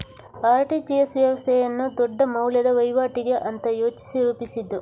RTGS ವ್ಯವಸ್ಥೆಯನ್ನ ದೊಡ್ಡ ಮೌಲ್ಯದ ವೈವಾಟಿಗೆ ಅಂತ ಯೋಚಿಸಿ ರೂಪಿಸಿದ್ದು